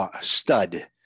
stud